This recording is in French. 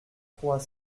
trois